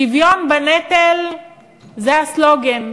שוויון בנטל זה הסלוגן.